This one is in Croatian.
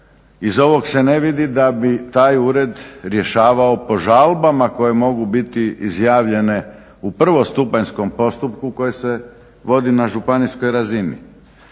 iz ovog se ne vidi da bi taj ured rješavao po žalbama koje mogu biti izjavljene u prvostupanjskom postupku koji se vodi na županijskoj razini.